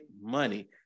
money